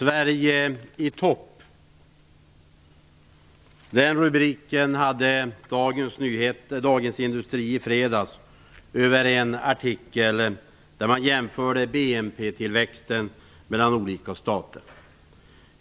Herr talman! I Dagens Industri fanns i fredags rubriken "Sverige i topp". Rubriken gällde en artikel där BNP-tillväxten i olika stater jämfördes.